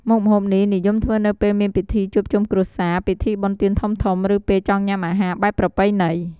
មុខម្ហូបនេះនិយមធ្វើនៅពេលមានពិធីជួបជុំគ្រួសារ ពិធីបុណ្យទានធំៗ ឬពេលចង់ញ៉ាំអាហារបែបប្រពៃណី។